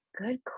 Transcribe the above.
good